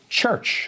church